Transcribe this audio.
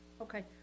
okay